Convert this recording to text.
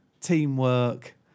teamwork